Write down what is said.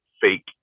fake